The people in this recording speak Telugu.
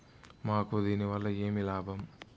మాకు దీనివల్ల ఏమి లాభం